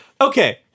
okay